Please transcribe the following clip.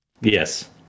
Yes